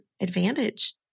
advantage